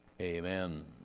Amen